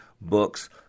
books